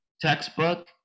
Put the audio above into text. textbook